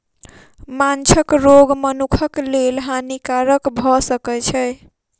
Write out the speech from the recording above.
माँछक रोग मनुखक लेल हानिकारक भअ सकै छै